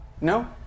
No